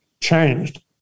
changed